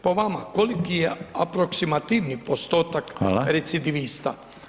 Po vama koliki aproksimativni postotak [[Upadica: Hvala.]] recidivista?